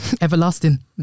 everlasting